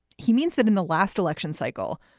he means that in the last election cycle,